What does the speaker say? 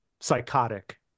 psychotic